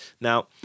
Now